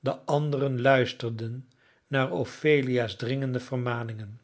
de anderen luisterden naar ophelia's dringende vermaningen